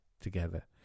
together